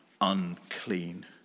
unclean